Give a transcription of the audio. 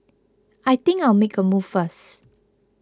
I think I'll make a move first